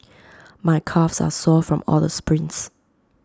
my calves are sore from all the sprints